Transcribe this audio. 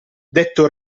detto